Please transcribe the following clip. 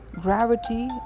gravity